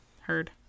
Heard